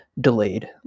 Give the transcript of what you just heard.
delayed